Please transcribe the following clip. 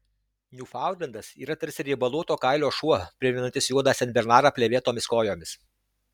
niūfaundlendas yra tarsi riebaluoto kailio šuo primenantis juodą senbernarą plėvėtomis kojomis